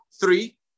Three